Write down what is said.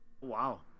wow